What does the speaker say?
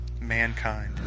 mankind